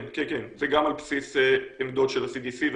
כן, זה גם על בסיס עמדות של ה-CDC ואחרים.